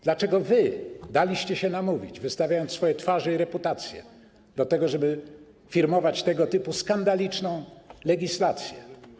Dlaczego daliście się namówić, narażając swoje twarze i reputacje, do tego, żeby firmować tego typu skandaliczną legislację?